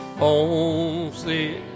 homesick